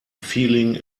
feeling